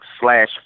slash